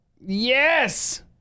Yes